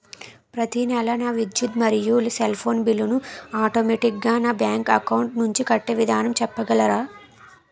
ప్రతి నెల నా విద్యుత్ మరియు సెల్ ఫోన్ బిల్లు ను ఆటోమేటిక్ గా నా బ్యాంక్ అకౌంట్ నుంచి కట్టే విధానం చెప్పగలరా?